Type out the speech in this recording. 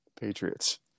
Patriots